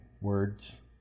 words